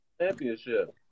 championship